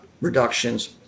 reductions